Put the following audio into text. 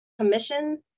commissions